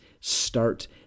start